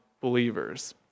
believers